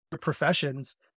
professions